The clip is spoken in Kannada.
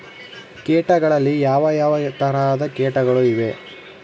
ಕೇಟಗಳಲ್ಲಿ ಯಾವ ಯಾವ ತರಹದ ಕೇಟಗಳು ಇವೆ?